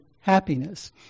happiness